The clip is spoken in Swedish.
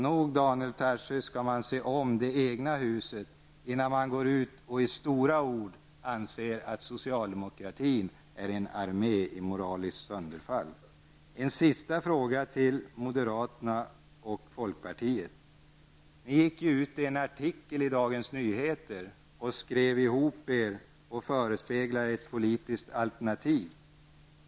Nog skall man se om det egna huset, Daniel Tarschys, innan man går ut och i stora ord påstår att socialdemokratin är en armé i moraliskt sönderfall. Jag vill ta upp en sista fråga som gäller moderaterna och folkpartiet. Ni gick ut i en artikel i Dagens Nyheter, där ni skrev ihop er och förespeglade ett politiskt alternativ.